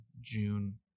June